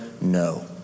No